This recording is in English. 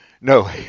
No